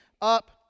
up